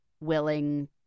willing